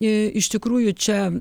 iš tikrųjų čia